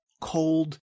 cold